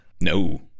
No